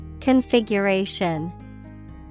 Configuration